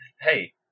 hey